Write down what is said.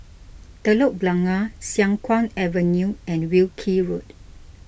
Telok Blangah Siang Kuang Avenue and Wilkie Road